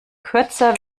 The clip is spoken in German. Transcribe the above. kürzer